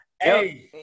Hey